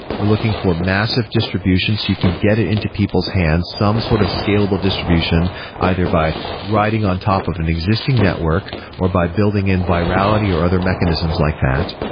we're looking for massive distributions. you can get into people's hands some sort of scalable distribution either by writing on top of an existing network or by building in virality or other mechanisms like that.